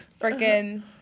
Freaking